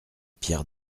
pierre